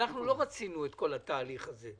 לא רצינו את כל התהליך הזה.